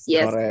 Yes